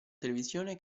televisione